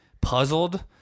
puzzled